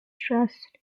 dressed